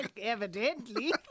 Evidently